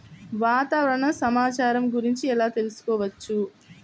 వాతావరణ సమాచారం గురించి ఎలా తెలుసుకోవచ్చు?